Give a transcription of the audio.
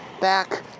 back